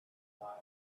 thought